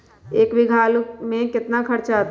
एक बीघा आलू में केतना खर्चा अतै?